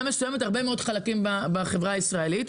מסוימת הרבה מאוד חלקים בחברה הישראלית.